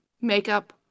makeup